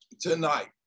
tonight